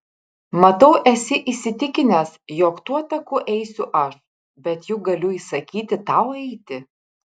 matau esi įsitikinęs jog tuo taku eisiu aš bet juk galiu įsakyti tau eiti